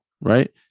right